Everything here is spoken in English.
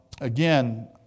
again